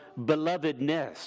belovedness